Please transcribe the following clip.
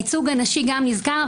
הייצוג הנשי גם נזכר,